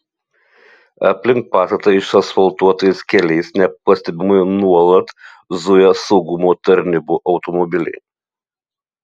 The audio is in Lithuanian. aplink pastatą išasfaltuotais keliais nepastebimai nuolat zuja saugumo tarnybų automobiliai